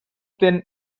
then